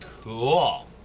cool